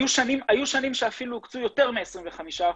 היו שנים שאפילו הוקצו יותר מ-25%,